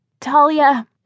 Talia